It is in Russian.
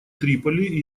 триполи